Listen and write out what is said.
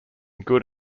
good